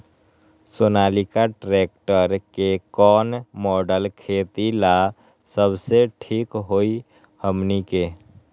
Sonalika tractor के कौन model खेती ला सबसे ठीक होई हमने की?